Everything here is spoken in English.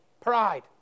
Pride